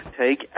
take